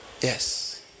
Yes